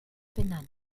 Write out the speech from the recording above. benannt